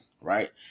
right